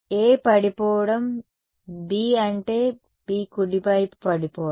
A పడిపోవడం B అంటే B కుడివైపు పడడం